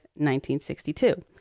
1962